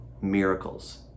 miracles